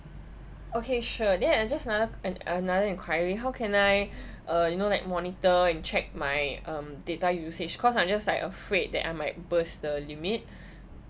okay sure then I'll just another an another enquiry how can I uh you know like monitor and check my um data usage cause I'm just like afraid that I might burst the limit